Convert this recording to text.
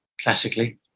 classically